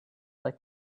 like